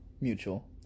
Mutual